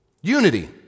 Unity